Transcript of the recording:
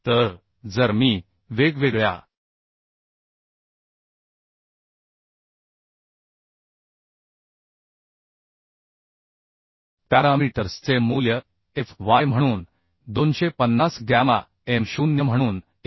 तर जर मी वेगवेगळ्या पॅरामीटर्सचे मूल्य एफ वाय म्हणून 250 गॅमा एम 0 म्हणून 1